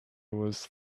was